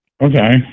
Okay